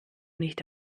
nicht